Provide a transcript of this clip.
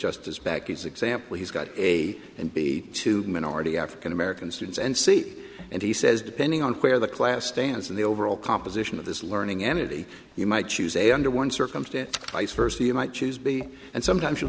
justice backwards example he's got a and b to minority african american students and c and he says depending on where the class stands and the overall composition of this learning entity you might choose a under one circumstance ice versity you might choose b and